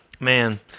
Man